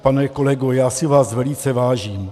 Pane kolego, já si vás velice vážím.